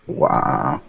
wow